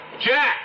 Jack